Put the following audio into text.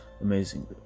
Amazing